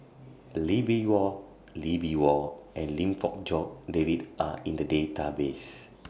Lee Bee Wah Lee Bee Wah and Lim Fong Jock David Are in The Database